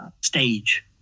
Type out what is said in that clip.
stage